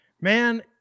Man